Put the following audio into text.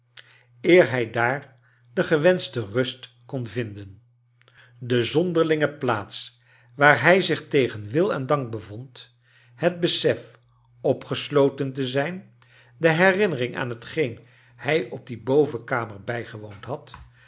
eer hij daar de gewenschte rust kon vinden de zonderlinge plaats waar hij zich tegen wil en dank bevond het besef opgesloten te zijn de herinnering aan hetgeen hij op die bovenkamer bijgewoond had